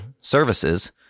services